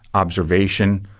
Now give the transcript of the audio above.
observation,